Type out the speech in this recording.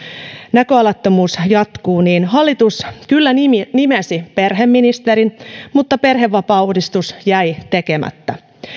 näköalattomuus jatkuvat niin hallitus kyllä nimesi perheministerin mutta perhevapaauudistus jäi tekemättä